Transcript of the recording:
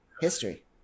history